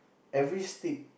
every stick